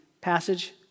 passage